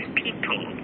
people